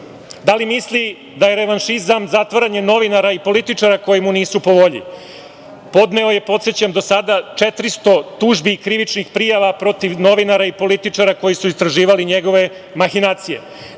Da li misli da je revanšizam, zatvaranje novinara i političara, koji mu nisu po volji? Podneo je, podsećam, do sada 400 tužbi i krivičnih prijava, protiv novinara i političara, koji su istraživali njegove mahinacije. Da